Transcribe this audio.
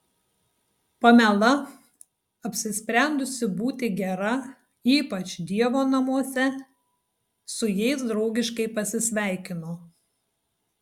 pamela apsisprendusi būti gera ypač dievo namuose su jais draugiškai pasisveikino